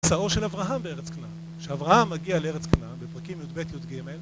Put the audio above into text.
מסעו של אברהם לארץ כנען, כשאברהם מגיע לארץ כנען, בפרקים י"ב-י"ג...